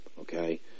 okay